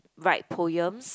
write poems